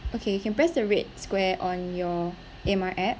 okay can press the red square on your A_M_R app